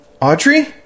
Audrey